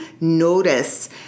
notice